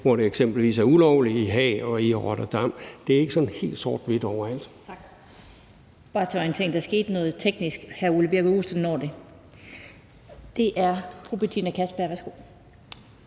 hvor det er ulovligt i Haag og i Rotterdam. Det er ikke sådan helt sort-hvidt overalt.